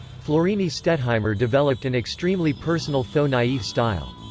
florine stettheimer developed an extremely personal faux-naif style.